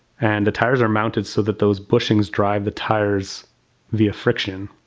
and the tires are mounted so that those bushings drive the tires via friction.